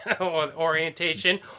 orientation